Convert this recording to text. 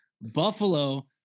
Buffalo